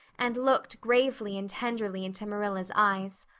and looked gravely and tenderly into marilla's eyes.